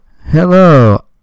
Hello